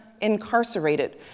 incarcerated